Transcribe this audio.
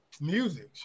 Music